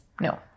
No